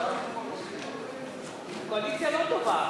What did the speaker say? התשע"ג 2013,